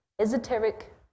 esoteric